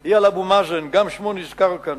היא על אבו מאזן, גם שמו נזכר כאן.